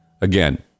again